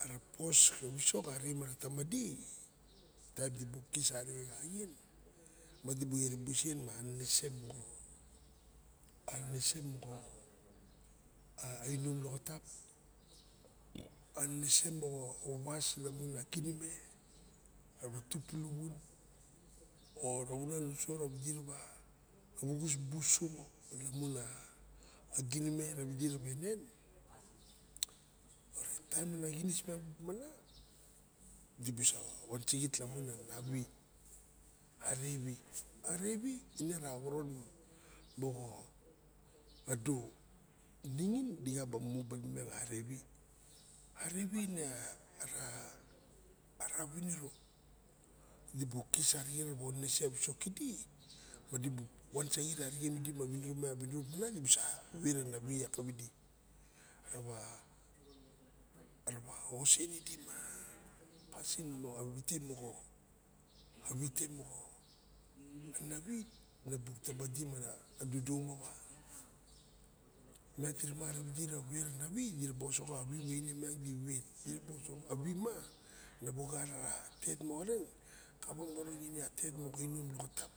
ara pos ka wisok arixem ara tama di taim dibuk kis arixe xa aixien ma dibuk erub usen ma anenesa anenese moxa inom loxotap anenese moxo wawas lamun a ginime rawa tut puluwun o rawa unan uso xa lamun a ginime rawidi rawa enen. Orait taim ana xinis miang tamana dibusa arewi axoron moxado. Ningin dixaba rewi baling. Arewi ine a ara winiro dibuk kisarixe rawa onenese a wisok kidi madipuk pansaxit arixem ma winiro klen dibusa rewi iak kaixidi. Rawa ongasen idi a pasin moxa wite mo anawi tebedi miang ana winior dubuk tabedi diraba osoxo a wane miang moxa wet dibuk osoxo navi ma na bu gat ara tet moxaren lokawere iat a tet moxa loxotap.